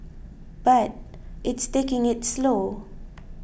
but it's taking it slow